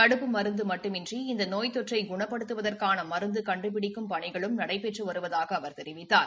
தடுப்பு மருந்து மட்டுமன்றி இந்த நோய் நோய் தொற்றை குணப்படுத்துவதற்கான மருந்து கண்டுபிடிக்கும் பணிகளும் நடைபெற்று வருவதாக அவர் தெரிவித்தார்